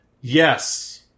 Yes